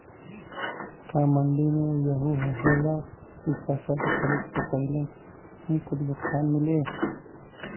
का मंडी में इहो होला की फसल के खरीदे के पहिले ही कुछ भुगतान मिले?